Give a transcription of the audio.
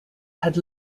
had